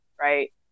right